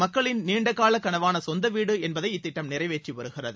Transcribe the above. மக்களின் நீண்ட கால கனவான சொந்த வீடு என்பதை இத்திட்டம் நிறைவேற்றி வருகிறது